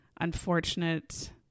unfortunate